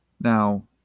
Now